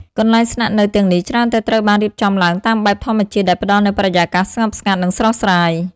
កន្លែងស្នាក់នៅទាំងនេះច្រើនតែត្រូវបានរៀបចំឡើងតាមបែប ធម្មជាតិ ដែលផ្តល់នូវបរិយាកាសស្ងប់ស្ងាត់ និងស្រស់ស្រាយ។